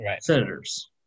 senators